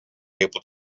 able